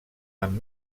amb